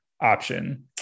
option